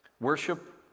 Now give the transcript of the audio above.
worship